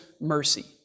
mercy